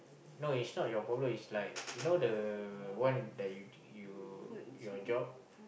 no it's not your problem is like you know the one that you you your job